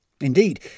Indeed